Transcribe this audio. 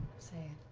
say,